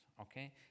okay